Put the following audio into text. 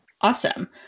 Awesome